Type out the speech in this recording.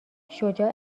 شجاع